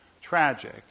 tragic